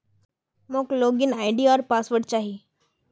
मोक log in ID आर password चाहि